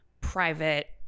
private